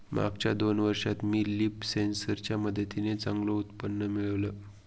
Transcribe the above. मागच्या दोन वर्षात मी लीफ सेन्सर च्या मदतीने चांगलं उत्पन्न मिळवलं